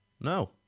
no